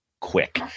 quick